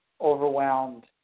overwhelmed